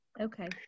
okay